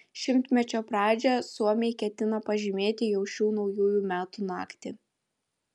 šimtmečio pradžią suomiai ketina pažymėti jau šių naujųjų metų naktį